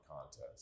contest